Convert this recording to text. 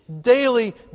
Daily